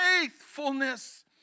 faithfulness